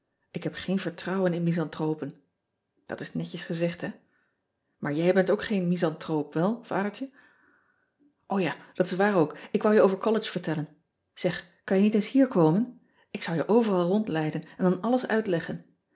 k heb geen vertrouwen in misanthropen at is netjes gezegd hè aar jij bent ook geen misanthroop wel adertje ean ebster adertje angbeen ja dat is waar ook ik wou je over ollege vertellen eg kan je niet eens hier komen k zou je overal rond leiden en dan alles uitleggen